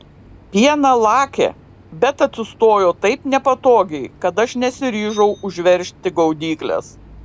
pieną lakė bet atsistojo taip nepatogiai kad aš nesiryžau užveržti gaudyklės